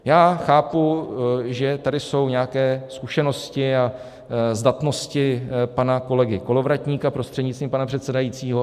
Já chápu, že tady jsou nějaké zkušenosti a zdatnosti pana kolegy Kolovratníka, prostřednictvím pana předsedajícího.